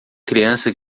criança